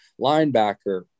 linebacker